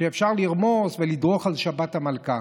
שאפשר לרמוס ולדרוך על שבת המלכה.